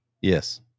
Yes